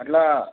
అట్లా